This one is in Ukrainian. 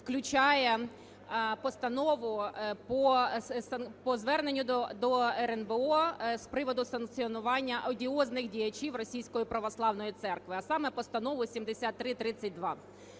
включає постанову про звернення до РНБО з приводу санкціонування одіозних діячів Російської православної церкви, а саме постанову 7332.